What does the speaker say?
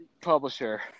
publisher